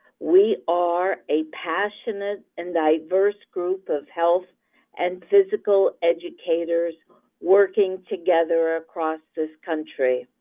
we are a passionate and diverse group of health and physical educators working together across this country.